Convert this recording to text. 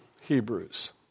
Hebrews